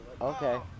Okay